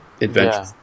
adventure